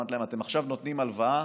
אמרתי להם: אתם עכשיו נותנים הלוואה